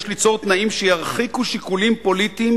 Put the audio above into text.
יש ליצור תנאים שירחיקו שיקולים פוליטיים